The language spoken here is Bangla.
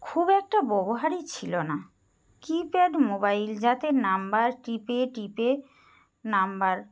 খুব একটা ব্যবহারই ছিল না কিপ্যাড মোবাইল যাতে নাম্বার টিপে টিপে নাম্বার